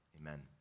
Amen